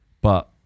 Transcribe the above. But-